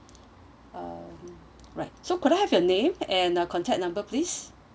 um alright so could I have your name and uh contact number please